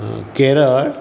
Kerala